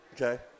Okay